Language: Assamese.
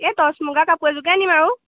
এই টচ মুগা কাপোৰ এযোৰকে আনিম আৰু